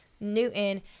newton